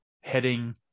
heading